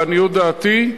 לעניות דעתי,